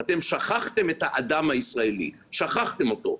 אתם שכחתם את האדם הישראלי, שכחתם אותו.